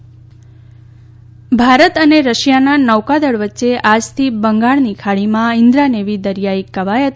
Bharat Russia નૌકાદળ ભારત અને રશિયાના નૌકાદળ વચ્ચે આજથી બંગાળની ખાડીમાં ઇન્દ્રા નેવી દરિયાઇ કવાયત